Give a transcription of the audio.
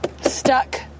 stuck